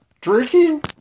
drinking